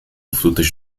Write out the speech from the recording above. frutas